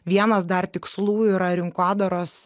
vienas dar tikslų yra rinkodaros